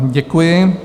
Děkuji.